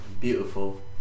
Beautiful